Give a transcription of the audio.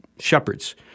Shepherds